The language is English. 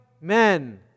men